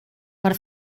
per